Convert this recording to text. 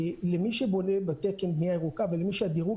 למי שבונה בתקן בנייה ירוקה ולמי שהדירוג